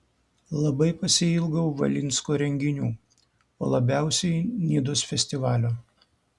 labai pasiilgau valinsko renginių o labiausiai nidos festivalio